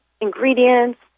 ingredients